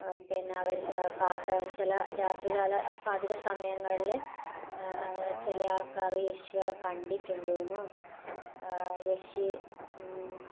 പിന്നെ ചില രാത്രികാല പാതിരാസമയങ്ങളിൽ ചില ആൾക്കാർ യക്ഷികളെ കണ്ടിട്ടുണ്ടെന്നോ യക്ഷി